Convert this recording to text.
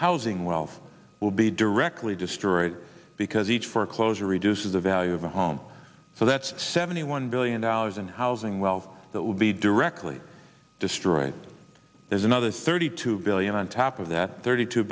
housing wealth will be directly destroyed because each foreclosure reduces the value of a home so that's seventy one billion dollars in housing wealth that will be directly destroyed there's another thirty two billion on top of that thirty two